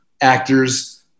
actors